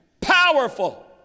powerful